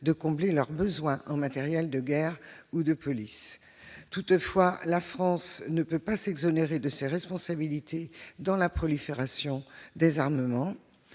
satisfaire leurs besoins en matériels de guerre ou de police. Toutefois, la France ne peut pas s'exonérer de ses responsabilités dans la prolifération des armements.